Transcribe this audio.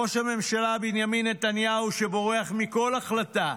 ראש הממשלה בנימין נתניהו, שבורח מכל החלטה,